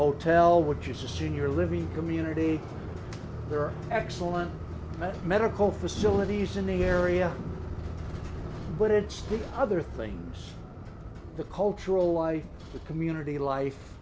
hotel which is a senior living community there are excellent medical facilities in the area but it still other things the cultural life the community life